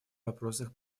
вопросах